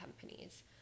companies